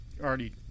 already